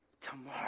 tomorrow